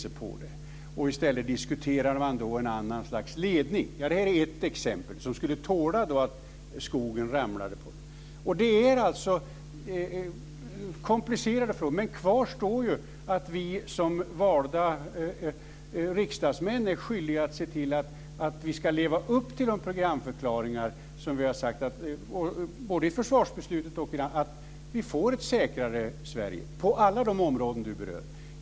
I stället diskuteras då ett annat slags ledning som skulle tåla att träden ramlar. Det är komplicerade frågor. Kvar står att vi som valda riksdagsmän är skyldiga att se till att vi ska leva upp till de programförklaringar som finns i försvarsbeslutet att få ett säkrare Sverige på alla områden.